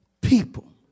people